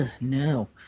no